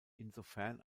insofern